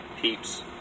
peeps